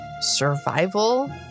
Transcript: survival